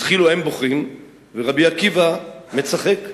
התחילו הם בוכים ורבי עקיבא מצחק.